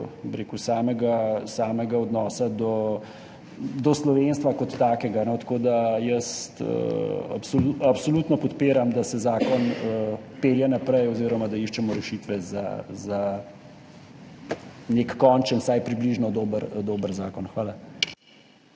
in samega odnosa do slovenstva kot takega. Jaz absolutno podpiram, da se zakon pelje naprej oziroma da iščemo rešitve za nek končen, vsaj približno dober zakon. Hvala.